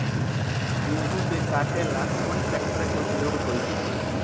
गेंहू के कटे ला कोंन ट्रेक्टर के उपयोग होइ छई?